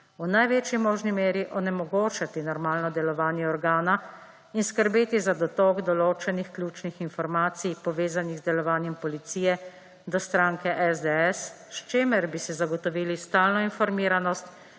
v največji možni meri onemogočati normalno delovanje organa in skrbeti za dotok določenih ključnih informacij, povezanih z delovanjem policije, do stranke SDS, s čimer bi si zagotovili stalno informiranost